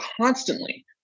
constantly